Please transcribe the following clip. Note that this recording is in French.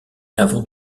avant